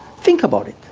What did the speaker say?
think about it.